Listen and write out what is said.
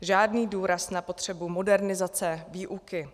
Žádný důraz na potřebu modernizace výuky.